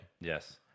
Yes